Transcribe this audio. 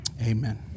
Amen